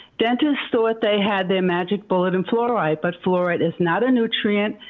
dentists thought they had their magic bullet in fluoride, but fluoride is not a nutrient,